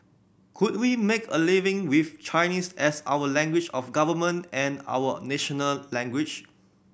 could we make a living with Chinese as our language of government and our national language